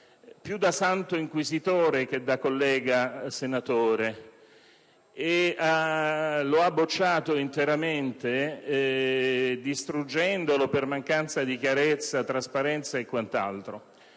più da santo inquisitore che da collega senatore. Lo ha bocciato interamente, distruggendolo per mancanza di chiarezza, trasparenza e quant'altro.